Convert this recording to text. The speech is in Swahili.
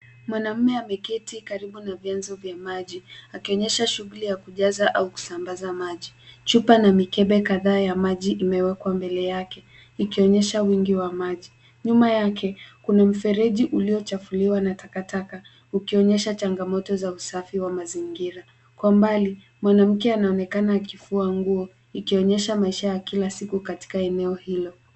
Mwanaume ameketi karibu na vyanzo ya maji akionyesha shughuli ya kujaza au kusambaza maji. Chupa na mikebe kadhaa ya maji imewekwa mbele yake ikionyesha uwingi wa maji. Nyuma yake, kuna mfereji uliyochafuliwa na takataka ukionyesha changamoto za usafi wa mazingira. Kwa umbali mwanamke anaonekana akifua nguo ikionyesha maisha ya kila siku katika eneo hilo.